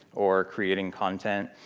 or creating content.